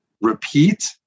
Repeat